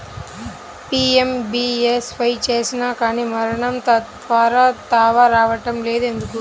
PMBSY చేసినా కానీ మరణం తర్వాత దావా రావటం లేదు ఎందుకు?